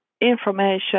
information